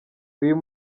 uyu